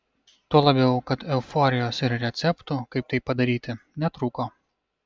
tuo labiau kad euforijos ir receptų kaip tai padaryti netrūko